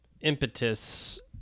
impetus